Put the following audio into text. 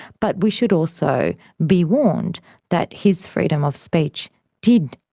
but we should also be warned that his freedom of speech did,